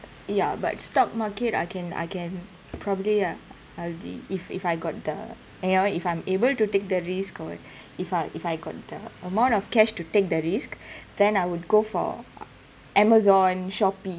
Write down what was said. ya but stock market I can I can probably uh the if if I got the you know if I'm able to take the risk or what if I if I got the amount of cash to take the risk then I would go for amazon shopee